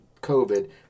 COVID